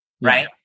right